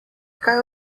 kaj